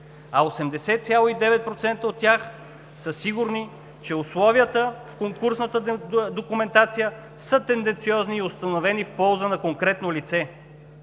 а 80,9% от тях са сигурни, че условията в конкурсната документация са тенденциозни и установени в полза на конкретно лице.